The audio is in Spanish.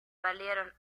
valieron